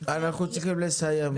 אנחנו צריכים לסיים.